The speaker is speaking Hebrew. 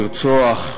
לרצוח,